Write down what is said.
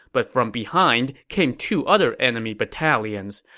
but from behind came two other enemy battalions.